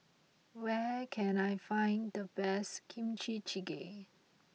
where can I find the best Kimchi Jjigae